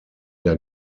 der